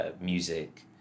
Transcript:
music